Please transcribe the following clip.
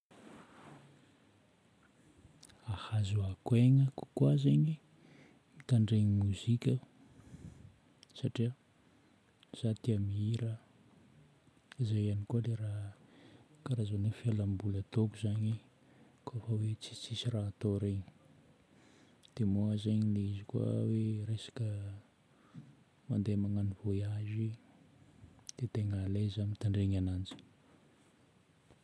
Ahazoako haigny kokoa zaigny mitandregny mozika satria za tia mihira, zay ihany koa ilay raha, karazagna fialam-boly ataoko zagny kôfa hoe tsisitsisy raha atao regny. Dia moa zegny ilay izy koa hoe resaka mandeha magnano voyage dia tegna à l'aise zaho mitandregny ananjy.